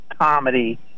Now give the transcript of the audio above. comedy